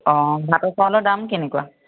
অঁ ভাতৰ চাউলৰ দাম কেনেকুৱা